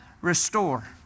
restore